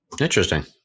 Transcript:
Interesting